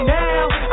now